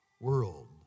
world